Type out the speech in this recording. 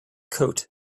coat